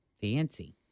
Fancy